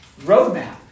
roadmap